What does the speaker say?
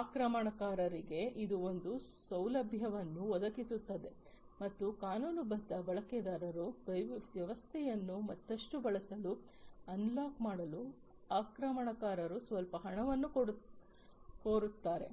ಆಕ್ರಮಣಕಾರರಿಗೆ ಇದು ಒಂದು ಸೌಲಭ್ಯವನ್ನು ಒದಗಿಸುತ್ತದೆ ಮತ್ತು ಕಾನೂನುಬದ್ಧ ಬಳಕೆದಾರರು ವ್ಯವಸ್ಥೆಯನ್ನು ಮತ್ತಷ್ಟು ಬಳಸಲು ಅನ್ಲಾಕ್ ಮಾಡಲು ಆಕ್ರಮಣಕಾರರು ಸ್ವಲ್ಪ ಹಣವನ್ನು ಕೋರುತ್ತಾರೆ